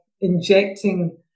injecting